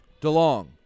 DeLong